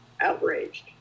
outraged